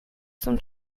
zum